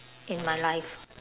in my life